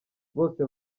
bose